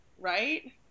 right